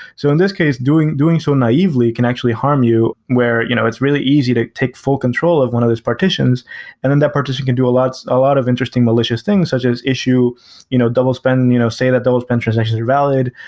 so in this case, doing doing so naively can actually harm you where you know it's really easy to take full control of one of these partitions and then that partition can do a lot lot of interesting malicious things such as issue you know and you know say, that double spent transactions are valid.